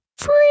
free